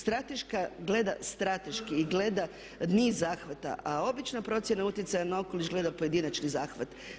Strateška gleda strateški i gleda niz zahvata a obična procjena utjecaja na okoliš gleda pojedinačni zahvat.